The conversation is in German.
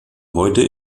heute